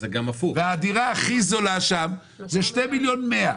הדירה הכי זולה שם זה 2.1 מיליון.